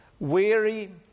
Weary